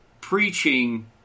preaching